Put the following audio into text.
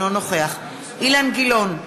אינו נוכח אילן גילאון,